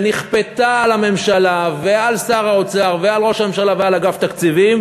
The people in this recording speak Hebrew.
שנכפתה על הממשלה ועל שר האוצר ועל ראש הממשלה ועל אגף תקציבים,